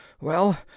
Well